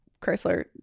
Chrysler